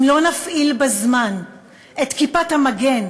אם לא נפעיל בזמן את כיפת המגן,